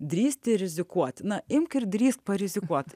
drįsti rizikuoti na imk ir drįsk parizikuot